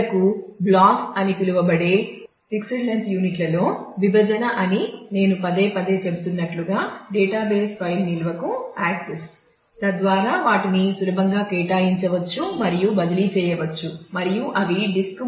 చివరకు బ్లాక్స్